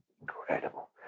incredible